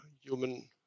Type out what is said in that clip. human